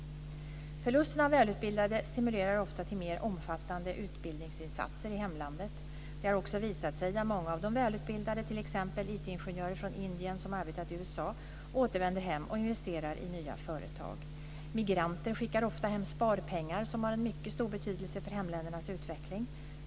Förlusten av välutbildade stimulerar ofta till mer omfattande utbildningsinsatser i hemlandet. Det har också visat sig att många av de välutbildade, t.ex. IT ingenjörer från Indien som arbetat i USA, återvänder hem och investerar i nya företag. Migranter skickar ofta hem sparpengar som har en mycket stor betydelse för hemländernas utveckling.